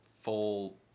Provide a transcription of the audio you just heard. full